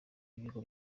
b’ibigo